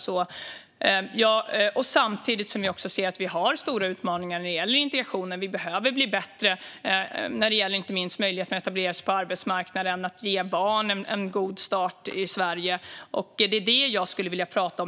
Samtidigt ser vi att vi har stora utmaningar när det gäller integrationen. Vi behöver bli bättre inte minst när det gäller människors möjlighet att etablera sig på arbetsmarknaden och när det gäller att ge barn en god start i Sverige. Det är det jag skulle vilja prata om.